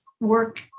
work